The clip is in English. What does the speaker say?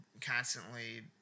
constantly